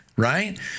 right